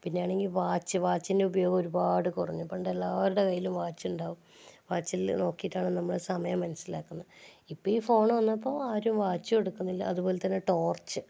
പിന്നെയാണെങ്കിൽ watch വാച്ചിൻ്റെ ഉപയോഗം ഒരുപാട് കുറഞ്ഞു പണ്ടെല്ലാവരുടെ കയ്യിലും വാച്ചുണ്ടാകും വാച്ചിൽ നോക്കിയിട്ടാണ് നമ്മൾ സമയം മനസ്സിലാക്കുന്നത് ഇപ്പോൾ ഈ ഫോൺ വന്നപ്പോൾ ആരും വാച്ചെടുക്കുന്നില്ല അതുപോലെ തന്നെ ടോർച്ച്